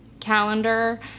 calendar